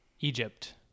Egypt